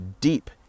deep